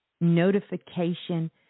notification